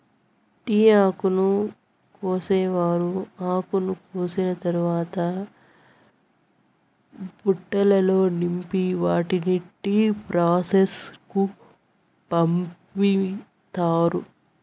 tea ఆకును కోసేవారు ఆకును కోసిన తరవాత బుట్టలల్లో నింపి వాటిని టీ ప్రాసెస్ కు పంపిత్తారు